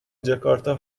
جاکارتا